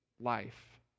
life